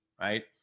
right